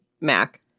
Mac